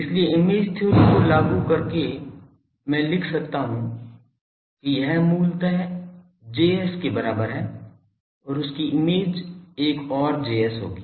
इसलिए image theory को लागू करके मैं लिख सकता हूं कि यह मूलतः Js के बराबर है और उसकी इमेज एक और Js होगी